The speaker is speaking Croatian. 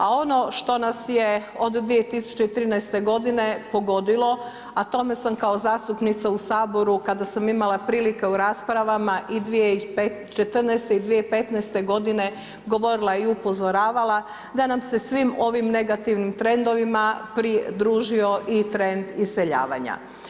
A ono što na je od 2013. godine pogodilo, a tome sam kao zastupnica u Saboru, kada sam imala prilike u raspravama i 2014. i 2015. godine govorila i upozoravala, da na se svim ovim negativnim trendovima pridružio i trend iseljavanja.